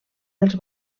dels